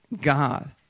God